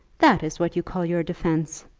that is what you call your defence.